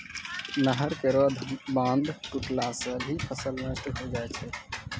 नहर केरो बांध टुटला सें भी फसल नष्ट होय जाय छै